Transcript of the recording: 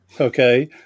Okay